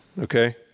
okay